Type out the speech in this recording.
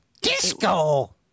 Disco